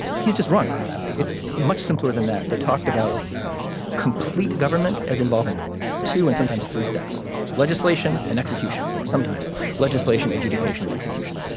he's just wrong about that. it's much simpler than that. they talked about complete government as involving and sometimes three steps legislation an execution or sometimes legislation adjudication in execution.